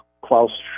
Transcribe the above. Klaus